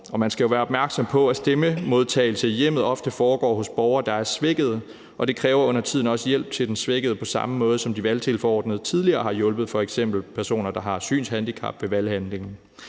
Man skal jo være opmærksom på, at stemmemodtagelse i hjemmet ofte foregår hos borgere, der er svækkede, og det kræver undertiden også hjælp til den svækkede på samme måde, som de valgtilforordnede tidligere har hjulpet personer, der f.eks. har synshandicap, ved valghandlingen.